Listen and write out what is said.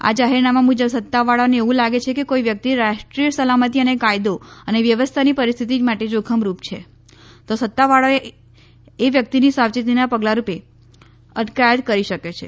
આ જાહેરનામાં મુજબ સત્તાવાળાઓને એવુ લાગે કે કોઇ વ્યકિત રાષ્ટ્રીય સલામતી અને કાયદો અને વ્યવસ્થાની પરીસ્થિતિ માટે જોખમ રૂપ છે તો સત્તાવાળાઓ એ વ્યકિતની સાવચેતીના પગલા રૂપે અટકાયત કરી શકે છે